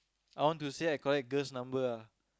I want to say I collect girl's number ah